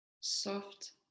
soft